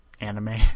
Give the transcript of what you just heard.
anime